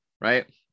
right